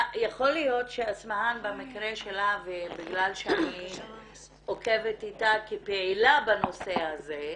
יכול להיות שאסמהאן במקרה שלה ובגלל שאני עוקבת איתה כפעילה בנושא הזה,